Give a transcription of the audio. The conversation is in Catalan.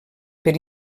per